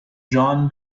john